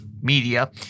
media